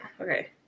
Okay